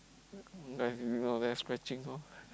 that is scratchings lor